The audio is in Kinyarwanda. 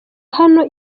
hano